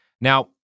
Now